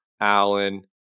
Allen